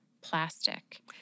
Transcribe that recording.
plastic